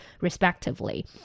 respectively